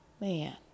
man